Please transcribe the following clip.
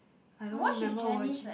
I don't remember watching